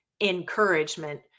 Encouragement